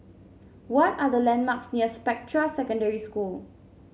what are the landmarks near Spectra Secondary School